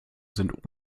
sind